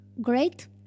great